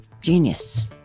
Genius